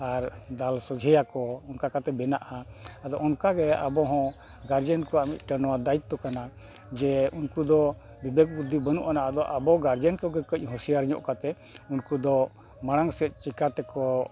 ᱟᱨ ᱫᱟᱞ ᱥᱚᱡᱷᱮᱭᱟᱠᱚ ᱚᱱᱠᱟ ᱠᱟᱛᱮᱫ ᱵᱮᱱᱟᱜᱼᱟ ᱟᱫᱚ ᱚᱱᱠᱟ ᱜᱮ ᱟᱵᱚ ᱦᱚᱸ ᱠᱚᱣᱟᱜ ᱱᱚᱣᱟ ᱢᱤᱫᱴᱟᱝ ᱫᱟᱭᱤᱛᱛᱚ ᱠᱟᱱᱟ ᱡᱮ ᱩᱱᱠᱩ ᱫᱚ ᱵᱤᱵᱮᱠ ᱵᱩᱫᱷᱤ ᱵᱟᱹᱱᱩᱜᱟᱱᱟ ᱟᱫᱚ ᱟᱵᱚ ᱠᱚᱜᱮ ᱠᱟᱹᱡ ᱦᱩᱥᱤᱭᱟᱨ ᱧᱚᱜ ᱠᱟᱛᱮᱫ ᱩᱱᱠᱩ ᱫᱚ ᱢᱟᱲᱟᱝ ᱥᱮᱫ ᱪᱮᱠᱟᱛᱮ ᱠᱚ